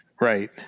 Right